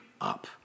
up